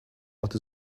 but